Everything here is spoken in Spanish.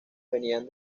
venían